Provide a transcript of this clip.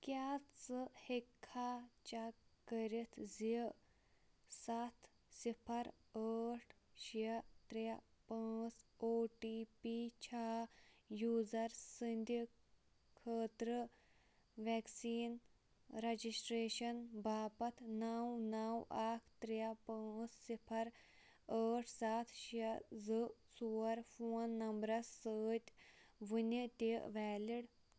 کیٛاہ ژٕ ہیٚکِکھا چیک کٔرِتھ زِ سَتھ صِفَر ٲٹھ شےٚ ترٛےٚ پانٛژھ او ٹی پی چھا یوٗزَر سٕنٛدِ خٲطرٕ وٮ۪کسیٖن رَجٕسٹرٛیشَن باپَتھ نَو نَو اَکھ ترٛےٚ پٲنٛژھ صِفَر ٲٹھ سَتھ شےٚ زٕ ژور فون نَمبرَس سۭتۍ وُنہِ تہِ ویلِڈ